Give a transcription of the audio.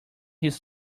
his